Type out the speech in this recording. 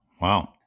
Wow